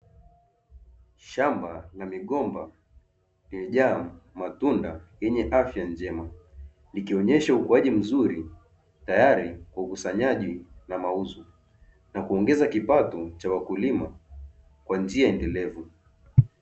Samba la migomba limejaa matunda yenye afya njema, likionyesha ukuaji mzuri, tayari kwa ukusanyaji na mauzo na kuongeza kipato cha wakulima kwa njia endelevu.